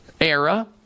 era